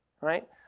right